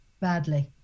badly